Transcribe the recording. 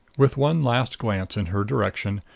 with one last glance in her direction,